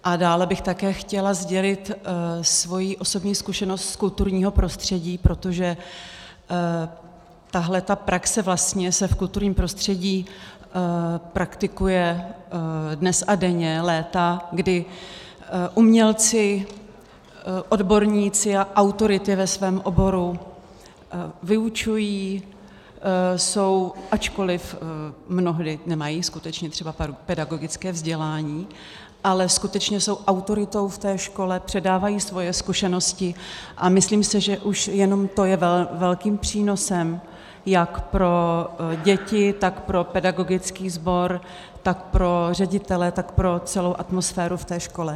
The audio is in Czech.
A dále bych také chtěla sdělit svoji osobní zkušenost z kulturního prostředí, protože tahle praxe vlastně se v kulturním prostředí praktikuje dnes a denně léta, kdy umělci, odborníci a autority ve svém oboru vyučují, jsou, ačkoliv mnohdy nemají skutečně třeba pedagogické vzdělání, ale skutečně jsou autoritou v té škole, předávají svoje zkušenosti, a myslím si, že už jenom to je velkým přínosem jak pro děti, tak pro pedagogický sbor, tak pro ředitele, tak pro celou atmosféru v té škole.